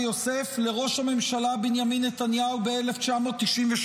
יוסף לראש הממשלה בנימין נתניהו ב-1997: